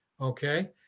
okay